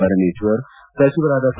ಪರಮೇಶ್ವರ್ ಸಚಿವರಾದ ಸಾ